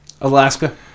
Alaska